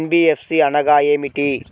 NBFC అనగా ఏమిటీ?